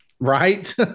Right